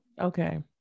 Okay